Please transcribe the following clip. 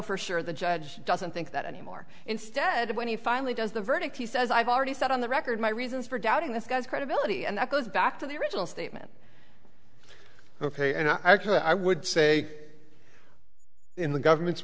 for sure the judge doesn't think that anymore instead of when he finally does the verdict he says i've already said on the record my reasons for doubting this guy's credibility and that goes back to the original statement ok and i actually i would say in the government's